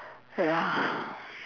ya